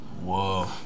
Whoa